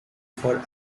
for